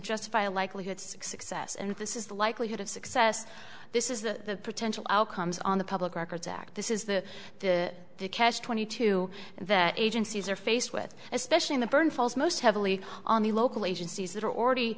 justify a likelihood success and this is the likelihood of success this is the potential outcomes on the public records act this is the catch twenty two that agencies are faced with especially in the burden falls most heavily on the local agencies that are already